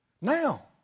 Now